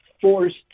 forced